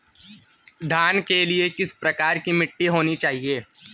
धान के लिए किस प्रकार की मिट्टी होनी चाहिए?